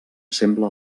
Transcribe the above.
sembla